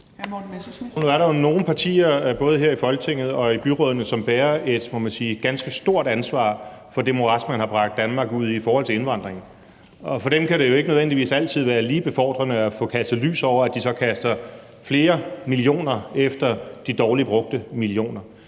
Nu er der jo nogle partier, både her i Folketinget og i byrådene, som bærer et, må man sige, ganske stort ansvar for det morads, man har bragt Danmark ud i i forhold til indvandring. For dem kan det jo ikke nødvendigvis altid være lige befordrende at få kastet lys over, at de så kaster flere millioner efter de dårligt brugte millioner,